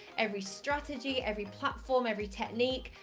every strategy, every platform, every technique,